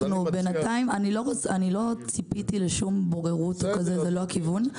אני לא ציפיתי לשום בוררות או משהו כזה,